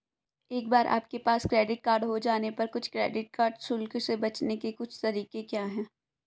एक बार आपके पास क्रेडिट कार्ड हो जाने पर कुछ क्रेडिट कार्ड शुल्क से बचने के कुछ तरीके क्या हैं?